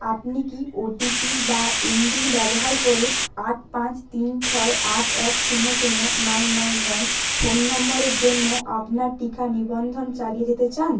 আপনি কি ওটিপি বা এমপিন ব্যবহার করে আট পাঁচ তিন ছয় আট এক শূন্য শূন্য নয় নয় নয় ফোন নম্বরের জন্য আপনার টিকা নিবন্ধন চালিয়ে যেতে চান